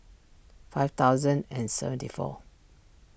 five thousand and seventy four